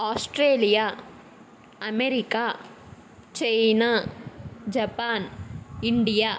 Australia America China Japan India